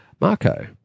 Marco